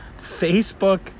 Facebook